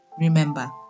Remember